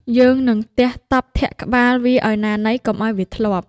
យើងនឹងទះតប់ធាក់ក្បាលវាឱ្យណាណីកុំឱ្យវាធ្លាប់។